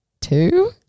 two